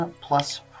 plus